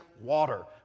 water